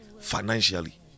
financially